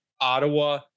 Ottawa